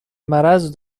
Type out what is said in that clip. مرض